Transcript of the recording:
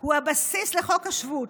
הוא הבסיס לחוק השבות.